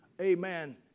amen